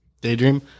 Daydream